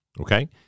okay